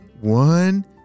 One